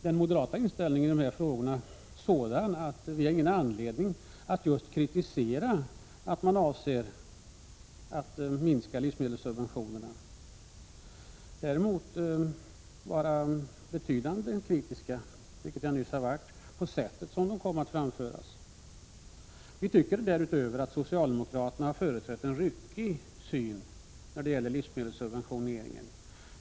Den moderata inställningen i dessa frågor är sådan att vi inte har någon anledning att kritisera att regeringen avser att minska livsmedelssubventionerna. Däremot är vi, vilket jag nyss gett uttryck för, kritiska mot det sätt på vilket dessa avsikter kom att framföras. Vi tycker därutöver att socialdemokraterna har företrätt en ryckig syn när det gäller livsmedelssubventionering.